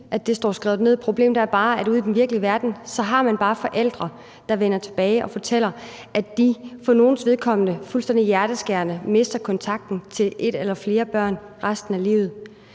er bare, at ude i den virkelige verden har man forældre, der vender tilbage og fortæller – for nogles vedkommende – fuldstændig hjerteskærende, at de mister kontakten til et eller flere børn resten af livet.